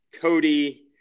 Cody